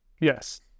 Yes